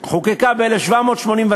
חוקקה ב-1789,